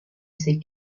ces